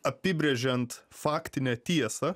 apibrėžiant faktinę tiesą